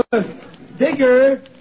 Digger